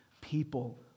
people